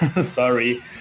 Sorry